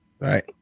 Right